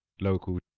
local